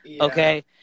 okay